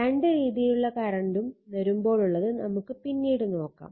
രണ്ട് രീതിയിലുള്ള കറണ്ടും വരുമ്പോളുള്ളത് നമുക്ക് പിന്നീട് നോക്കാം